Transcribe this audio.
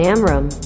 Amram